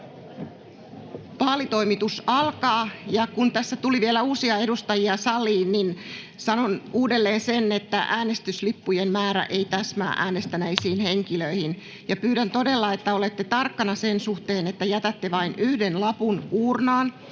rivakasti menemään. Kun tässä tuli vielä uusia edustajia saliin, niin sanon uudelleen sen, että äänestyslippujen määrä ei täsmää äänestäneisiin henkilöihin. Ja pyydän todella, että olette tarkkana sen suhteen, että jätätte vain yhden lapun uurnaan